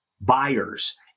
buyers